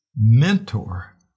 mentor